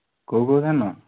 କେଉଁ କେଉଁ ଧାନ